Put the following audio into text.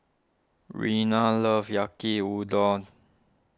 Rena loves Yaki Udon